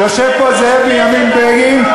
יושב פה זאב בנימין בגין,